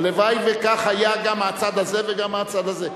הלוואי שכך היה גם מהצד הזה וגם מהצד הזה.